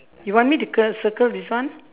you want me to ~cle circle this one